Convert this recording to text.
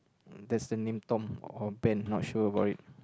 there's the name Tom or Ben not sure about it